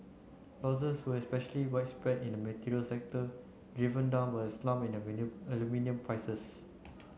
losses were especially widespread in the materials sector driven down by a slump in aluminium prices